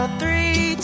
three